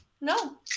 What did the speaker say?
no